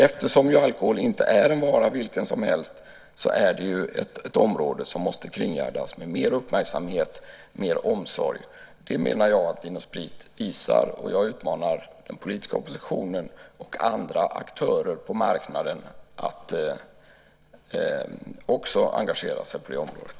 Eftersom alkohol inte är en vara vilken som helst, är detta ett område som måste kringgärdas med mer uppmärksamhet och mer omsorg. Det menar jag att Vin & Sprit gör. Jag utmanar den politiska oppositionen och andra aktörer på marknaden att också engagera sig på det området.